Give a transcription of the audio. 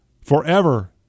forever